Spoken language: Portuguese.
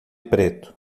preto